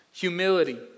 Humility